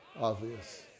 obvious